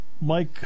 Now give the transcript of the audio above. Mike